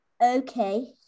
Okay